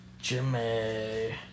Jimmy